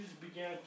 began